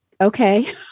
Okay